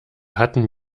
hatten